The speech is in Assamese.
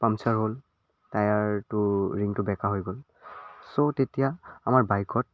পামচাৰ হ'ল টায়াৰটো ৰিংটো বেকা হৈ গ'ল চ' তেতিয়া আমাৰ বাইকত